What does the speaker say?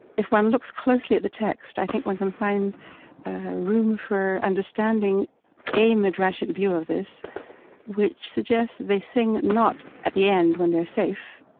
if one looks closely at the text, i think one can find room for understanding a midrashic view of this which suggests that they sing not at the end when they're safe,